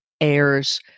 airs